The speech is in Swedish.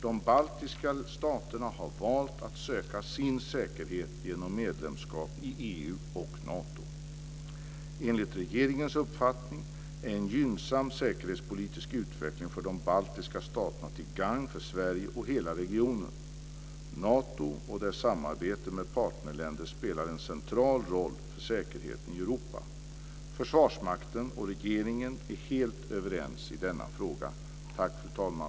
De baltiska staterna har valt att söka sin säkerhet genom medlemskap i EU och Nato. Enligt regeringens uppfattning är en gynnsam säkerhetspolitisk utveckling för de baltiska staterna till gagn för Sverige och hela regionen. Nato och dess samarbete med partnerländer spelar en central roll för säkerheten i Europa. Försvarsmakten och regeringen är helt överens i denna fråga. Tack, fru talman!